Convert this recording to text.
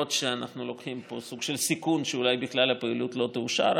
למרות שאנחנו לוקחים פה סוג של סיכון שאולי בכלל הפעילות לא תאושר,